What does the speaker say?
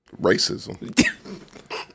Racism